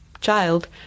child